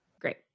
Great